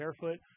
barefoot